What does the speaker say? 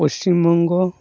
Paschim Banga